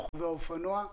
רוכבי האופנוע,